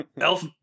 elf